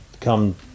come